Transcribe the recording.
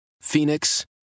Phoenix